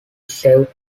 served